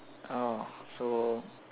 oh so